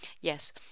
Yes